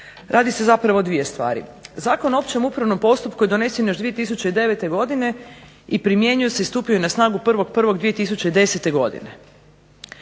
radi se zapravo o dvije stvari. Zakon o općem upravnom postupku je donesen još 2009. godine i primjenjuje se i stupio je na snagu 1. 1. 2010. godine.